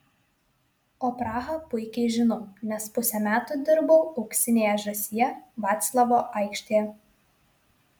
o prahą puikiai žinau nes pusę metų dirbau auksinėje žąsyje vaclavo aikštėje